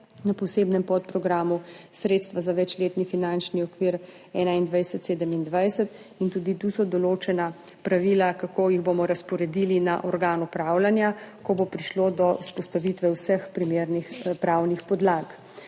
na posebnem podprogramu Sredstva za večletni finančni okvir 2021–2027. In tudi tu so določena pravila, kako jih bomo razporedili na organ upravljanja, ko bo prišlo do vzpostavitve vseh primernih pravnih podlag.